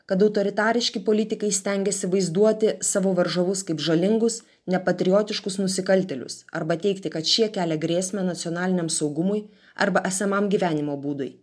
kad autoritariški politikai stengiasi vaizduoti savo varžovus kaip žalingus nepatriotiškus nusikaltėlius arba teigti kad šie kelia grėsmę nacionaliniam saugumui arba esamam gyvenimo būdui